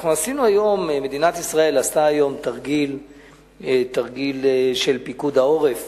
מדינת ישראל עשתה היום תרגיל של פיקוד העורף